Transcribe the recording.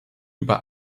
über